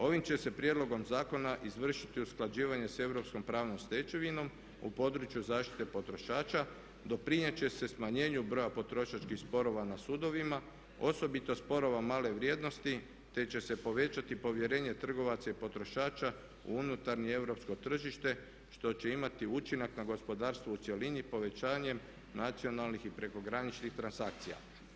Ovim će se prijedlogom zakona izvršiti usklađivanje s europskom pravnom stečevinom u području zaštite potrošača, doprinijet će se smanjenju broja potrošačkih sporova na sudovima osobito sporova male vrijednosti te će se povećati povjerenje trgovaca i potrošača u unutarnje europsko tržište što će imati učinak na gospodarstvo u cjelini povećanjem nacionalnih i prekograničnih transakcija.